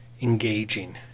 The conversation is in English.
engaging